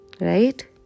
right